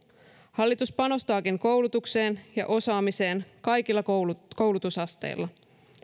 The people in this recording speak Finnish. hallitus panostaakin koulutukseen ja osaamiseen kaikilla koulutusasteilla